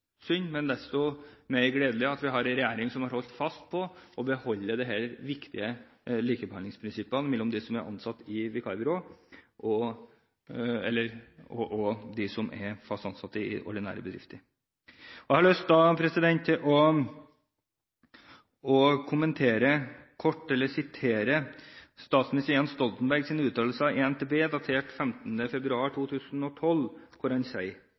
synd, men desto mer gledelig at vi har en regjering som har holdt fast på å beholde disse viktige likebehandlingsprinsippene mellom dem som er ansatt i vikarbyrå, og dem som er fast ansatt i ordinære bedrifter. Jeg har lyst til å sitere statsminister Jens Stoltenbergs uttalelser til NTB, datert 15. februar 2012, hvor han sier: «det er et paradoks at fagbevegelsen i Europa er for direktivet og at det omtales som en seier,